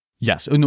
Yes